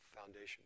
foundation